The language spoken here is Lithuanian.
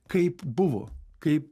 kaip buvo kaip